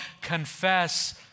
Confess